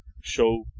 show